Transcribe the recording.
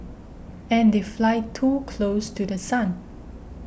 and they fly too close to The Sun